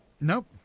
Nope